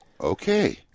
Okay